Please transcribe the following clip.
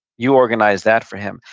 you organized that for him.